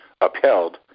upheld